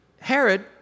Herod